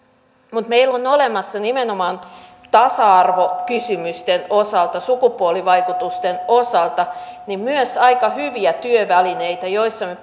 mutta meillä on on olemassa nimenomaan tasa arvokysymysten osalta sukupuolivaikutusten osalta myös aika hyviä työvälineitä joilla me